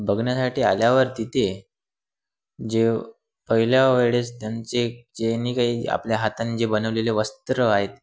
बघण्यासाठी आल्यावर तिथे जे पहिल्या वेळेस त्यांचे जे जे काही आपल्या हातांनी जे बनवलेले वस्त्रं आहेत